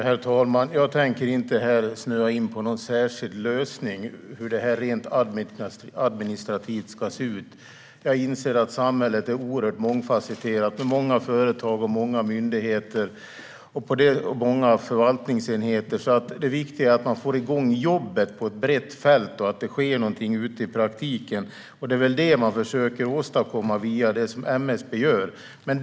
Herr talman! Jag tänker inte här snöa in på någon särskild lösning för hur detta rent administrativt ska se ut. Jag inser att samhället är oerhört mångfasetterat med många företag, många myndigheter och många förvaltningsenheter. Det viktiga är att man får igång jobbet på ett brett fält och att det sker någonting ute i praktiken. Det är detta man försöker åstadkomma via det som MSB gör.